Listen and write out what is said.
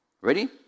Ready